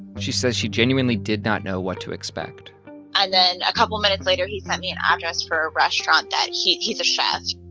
she said she genuinely did not know what to expect and then a couple of minutes later, he sent me and address for a restaurant that he is a chef.